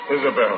Isabel